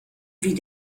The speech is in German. wie